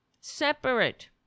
separate